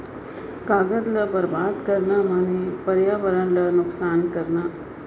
कागद ल बरबाद करना माने परयावरन ल नुकसान करना हे